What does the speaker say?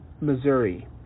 Missouri